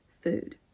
food